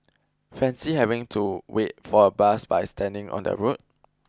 Fancy having to wait for a bus by standing on the road